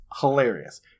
hilarious